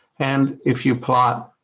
and if you plot,